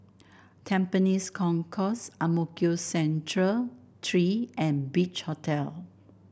Tampines Concourse Ang Mo Kio Central Three and Beach Hotel